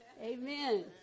Amen